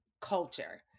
culture